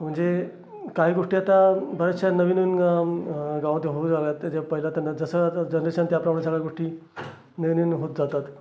म्हणजे काही गोष्टी आता बऱ्याचशा नवीन नवीन गावामध्ये होऊन राहिल्यात तर ते पहिल्यातन जसं आता जनरेशन त्याप्रमाणे सगळ्या गोष्टी नवीन नवीन होत जातात